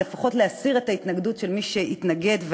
אבל לפחות להסיר את ההתנגדות של מי שהתנגד,